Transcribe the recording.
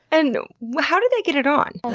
and how do they get it on?